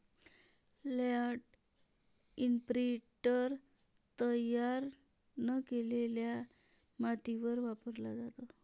land imprinter तयार न केलेल्या मातीवर वापरला जातो